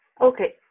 Okay